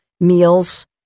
meals